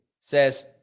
says